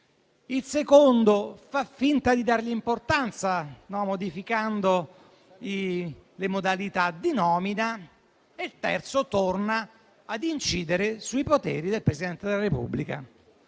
il secondo fa finta di dargli importanza, modificando le modalità di nomina; il terzo torna ad incidere sui poteri del Presidente della Repubblica,